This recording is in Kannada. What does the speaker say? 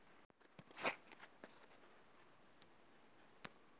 ಎರೆಹುಳು ಗೊಬ್ಬರವನ್ನು ಹೇಗೆ ಮಾಡಲಾಗುತ್ತದೆ ಮತ್ತು ಭತ್ತ ನಾಟಿ ಮಾಡುವ ವಿಧಾನ ಹೇಗೆ?